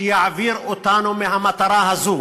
שיעביר אותנו מהמטרה הזו